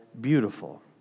Beautiful